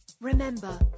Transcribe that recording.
Remember